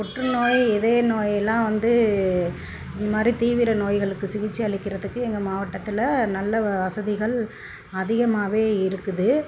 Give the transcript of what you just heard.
புற்றுநோய் இதய நோயெல்லாம் வந்து இந்த மாதிரி தீவிர நோய்களுக்கு சிகிச்சை அளிக்கிறதுக்கு எங்கள் மாவட்டத்தில் நல்ல வசதிகள் அதிகமாகவே இருக்குது